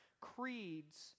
creeds